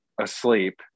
asleep